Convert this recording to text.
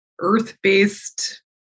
earth-based